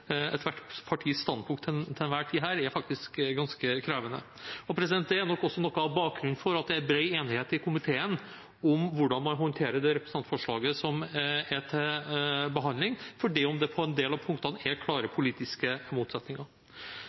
ethvert partis standpunkt til enhver tid er faktisk ganske krevende. Det er nok også noe av bakgrunnen for at det er bred enighet i komiteen om hvordan man håndterer representantforslaget som er til behandling, selv om det på en del av punktene er klare politiske motsetninger.